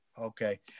Okay